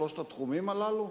בשלושת התחומים הללו?